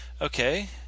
Okay